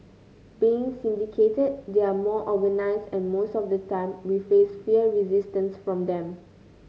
being syndicated they are more organised and most of the time we face fierce resistance from them